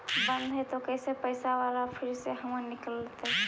बन्द हैं त कैसे पैसा बाला फिर से हमर निकलतय?